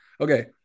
Okay